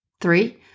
Three